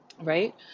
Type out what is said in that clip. right